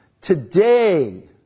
Today